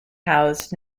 housed